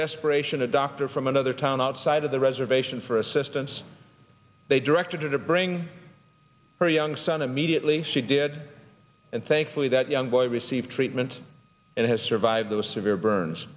desperation a doctor from another town outside of the reservation for assistance they directed her to bring her young son immediately she did and thankfully that young boy received treatment and has survived those severe burns